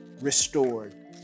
restored